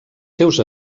seus